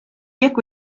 jekk